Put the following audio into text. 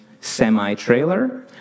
semi-trailer